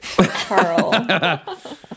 Carl